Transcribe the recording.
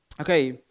Okay